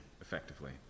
effectively